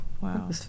Wow